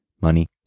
money